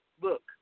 look